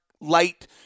light